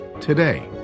today